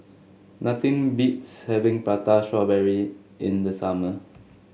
nothing beats having Prata Strawberry in the summer